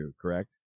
correct